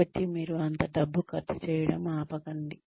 కాబట్టి మీరు అంత డబ్బు ఖర్చు చేయడం ఆపకండి